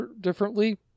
differently